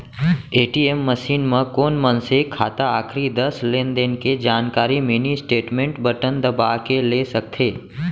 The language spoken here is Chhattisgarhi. ए.टी.एम मसीन म कोन मनसे खाता आखरी दस लेनदेन के जानकारी मिनी स्टेटमेंट बटन दबा के ले सकथे